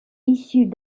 issues